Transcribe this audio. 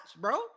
bro